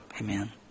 Amen